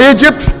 Egypt